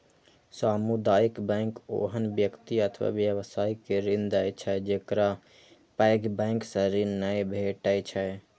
सामुदायिक बैंक ओहन व्यक्ति अथवा व्यवसाय के ऋण दै छै, जेकरा पैघ बैंक सं ऋण नै भेटै छै